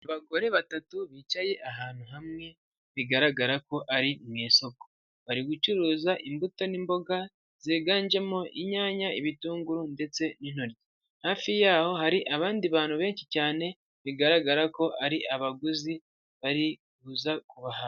Abagore batatu bicaye ahantu hamwe bigaragara ko ari mu isoko, bari gucuruza imbuto n'imboga ziganjemo inyanya, ibitunguru, ndetse n'intoryi, hafi y'aho hari abandi bantu benshi cyane bigaragara ko ari abaguzi bari uza kubahahira.